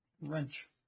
Wrench